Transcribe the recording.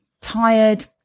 tired